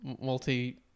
multi